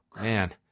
man